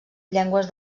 llengües